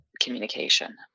communication